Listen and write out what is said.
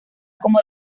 como